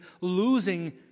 losing